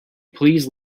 please